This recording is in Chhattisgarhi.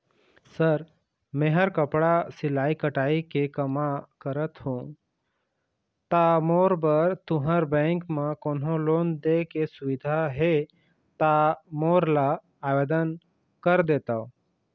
सर मेहर कपड़ा सिलाई कटाई के कमा करत हों ता मोर बर तुंहर बैंक म कोन्हों लोन दे के सुविधा हे ता मोर ला आवेदन कर देतव?